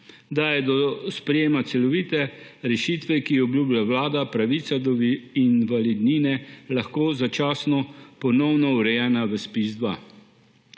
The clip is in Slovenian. da je do sprejetja celovite rešitve, ki jo obljublja Vlada, pravica do invalidnine lahko začasno ponovno urejena v ZPIZ-2,